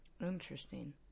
Interesting